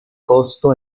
costo